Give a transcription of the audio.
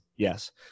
Yes